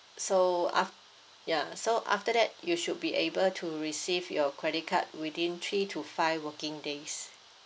so af~ ya so after that you should be able to receive your credit card within three to five working days